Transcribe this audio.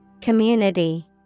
Community